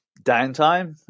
downtime